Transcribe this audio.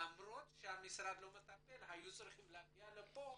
למרות שהמשרד לא מטפל הם היו צריכים להגיע לכאן